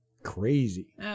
Crazy